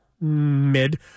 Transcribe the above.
mid-